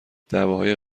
دعویهای